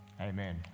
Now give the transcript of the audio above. Amen